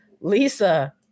Lisa